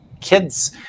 kids